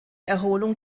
erholung